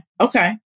Okay